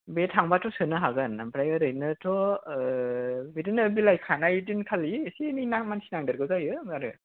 बे थांबाथ' सोनो हागोन आमफ्राय ओरैनोथ' बिदिनो बिलाइ खानाय दिनखालि एसे एनै नां मानसि नांदेरगौ जायो आरो